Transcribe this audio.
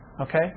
Okay